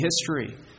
history